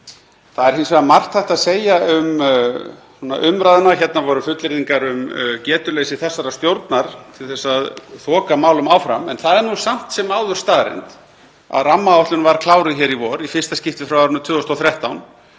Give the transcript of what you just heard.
Það er hins vegar margt hægt að segja um umræðuna. Hérna voru fullyrðingar um getuleysi þessarar stjórnar til að þoka málum áfram. En það er samt sem áður staðreynd að rammaáætlun var kláruð í vor í fyrsta skipti frá árinu 2013